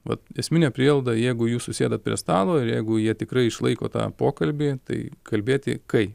vat esminė prielaida jeigu jūs susėdot prie stalo ir jeigu jie tikrai išlaiko tą pokalbį tai kalbėti kai